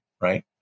right